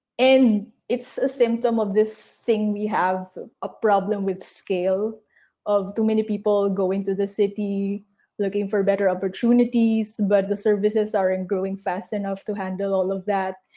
and it's a symptom of this thing we have a problem with scale of too many people going to the city looking for better opportunities but the services aren't growing fast enough to handle handle all of that.